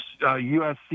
USC